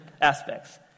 aspects